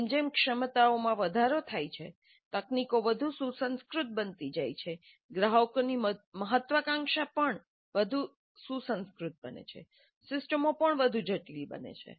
જેમ જેમ ક્ષમતાઓમાં વધારો થાય છે તકનીકો વધુ સુસંસ્કૃત બની જાય છે ગ્રાહકોની મહત્વાકાંક્ષા વધુ સુસંસ્કૃત બને છે સિસ્ટમો પણ વધુ જટિલ બને છે